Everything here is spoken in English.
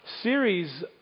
series